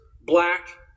black